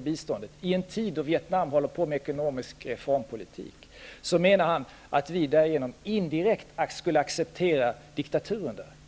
biståndet till Vietnam, i en tid då landet håller på att genomföra en ekonomisk reformpolitik, menar Alf Wennerfors att vi därigenom indirekt skulle accpetera diktaturen där.